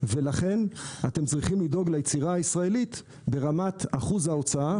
ולכן אתם צריכים לדאוג ליצירה הישראלית ברמת אחוז ההוצאה.